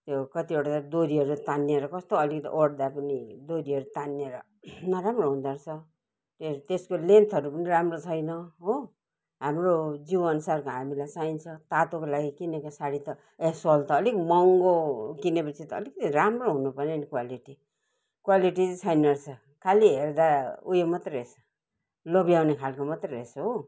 त्यो कतिवटा डोरीहरू तान्निएर कस्तो अलिकति ओढ्दा पनि डोरीहरू तान्नेर नराम्रो हुँदाे रहेछ ए त्यसको लेन्थहरू पनि राम्रो छैन हो हाम्रो जिउ अनुसारको हामीलाई चाहिन्छ तातोको लागि किनेको साडी त ए सल त अलिक महँगो किनेपछि त अलिकिति राम्रो हुनुपर्ने नि क्वालिटी क्वालिटी चाहिँ छैन रहेछ खाली हेर्दा उयो मात्रै रहेछ लोभ्याउने खालको मात्रै रहेछ हो